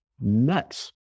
nuts